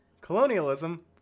colonialism